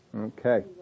Okay